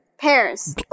Pears